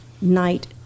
night